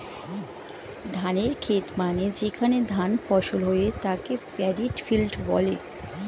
ধানের খেত মানে যেখানে ধান ফসল হয়ে তাকে প্যাডি ফিল্ড বলে